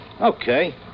Okay